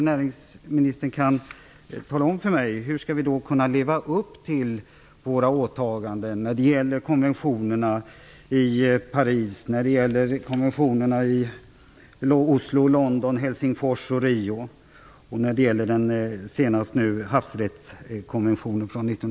Näringsministern kan kanske tala om för mig hur vi skall kunna leva upp till våra åtaganden när det gäller konventionerna i Paris, Oslo, London, Helsingfors och Rio och havsrättskonventionen från